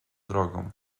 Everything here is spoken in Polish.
drogą